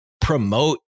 promote